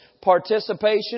participation